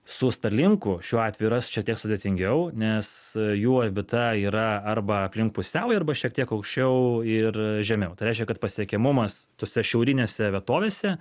su starlinku šiuo atveju yra šiek tiek sudėtingiau nes jų orbita yra arba aplink pusiaują arba šiek tiek aukščiau ir žemiau tai reiškia kad pasiekiamumas tose šiaurinėse vietovėse